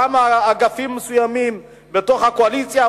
גם אגפים מסוימים בתוך הקואליציה,